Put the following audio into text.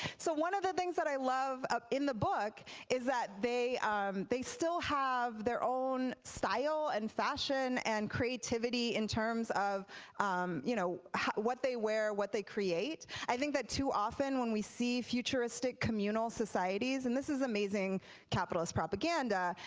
so one of the things that i love ah in the book is that they um they still have their own style and fashion and creativity in terms of um you know what they wear, what they create. i think that often when we see futuristic, communal societies, and this is amazing capitalist propaganda,